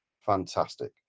fantastic